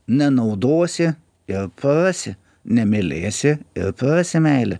nenaudosi ir prarasi nemylėsi ir prarasi meilę